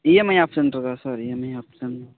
EMI option இருக்கா sir EMI option